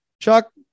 Chuck